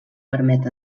permet